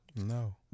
No